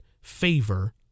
favor